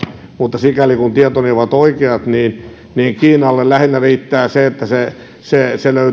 mutta sikäli kuin tietoni ovat oikeat niin kiinalle riittää lähinnä se että se se löytää